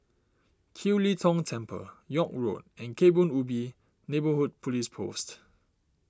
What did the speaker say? Kiew Lee Tong Temple York Road and Kebun Ubi Neighbourhood Police Post